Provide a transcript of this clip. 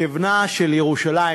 כבנה של ירושלים,